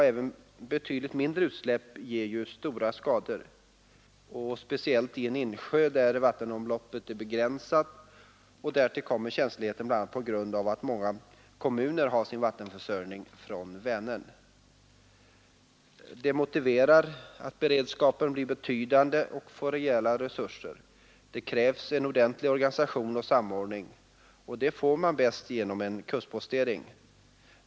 Även betydligt Det motiverar att beredskapen blir betydande och får rejäla resurser. Det krävs en ordentlig organisation och samordning. Det får man bäst genom en kustpostering.